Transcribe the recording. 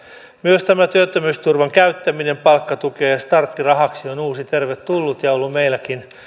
myös tämä työttömyysturvan käyttäminen palkkatukeen ja starttirahaksi on uusi tervetullut ja ollut meilläkin